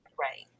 Right